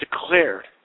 declared